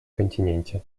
континенте